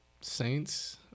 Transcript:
saints